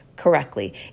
correctly